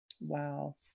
Wow